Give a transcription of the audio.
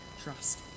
trust